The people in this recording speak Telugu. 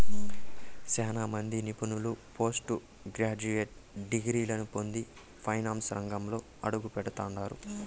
సేనా మంది నిపుణులు పోస్టు గ్రాడ్యుయేట్ డిగ్రీలని పొంది ఫైనాన్సు రంగంలో అడుగుపెడతండారు